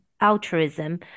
altruism